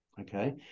okay